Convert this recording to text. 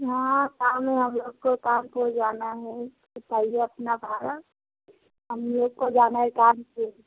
हाँ शाम में हम लोग को कानपुर जाना है बताइए अपना भाड़ा हम लोग को जाना है कानपुर